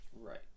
Right